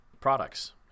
products